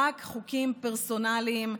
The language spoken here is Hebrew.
רק חוקים פרסונליים,